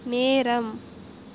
நேரம்